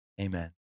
Amen